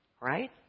right